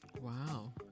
Wow